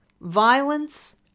violence